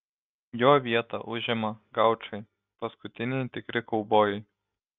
jo vietą užima gaučai paskutiniai tikri kaubojai